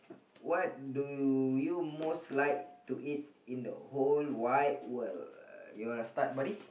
what do you you most like to eat in the whole wide world you want to start buddy